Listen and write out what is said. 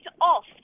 off